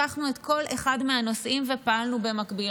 לקחנו כל אחד מהנושאים ופעלנו במקביל.